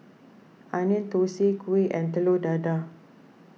Onion Thosai Kuih and Telur Dadah